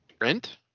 Rent